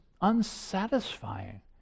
unsatisfying